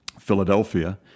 Philadelphia